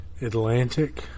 Atlantic